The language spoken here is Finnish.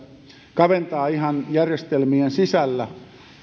kaventaa ihan järjestelmien sisällä